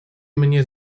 mnie